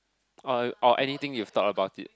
oh or anything you thought about this